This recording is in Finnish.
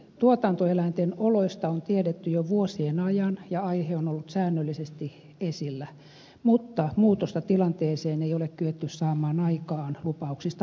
tuotantoeläinten oloista on tiedetty jo vuosien ajan ja aihe on ollut säännöllisesti esillä mutta muutosta tilanteeseen ei ole kyetty saamaan aikaan lupauksista huolimatta